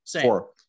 Four